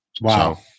Wow